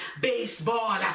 baseball